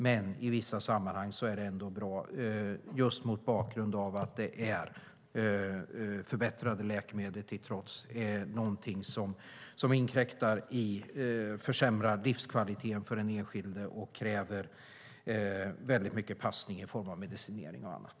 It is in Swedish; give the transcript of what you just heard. Men i vissa sammanhang är det nödvändigt mot bakgrund av att detta, förbättrade läkemedel till trots, är någonting som försämrar livskvaliteten för den enskilde och kräver väldigt mycket passning i form av medicinering och annat.